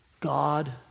God